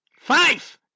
Five